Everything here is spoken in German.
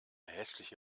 hässliche